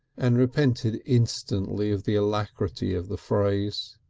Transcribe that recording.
and repented instantly of the alacrity of the phrase.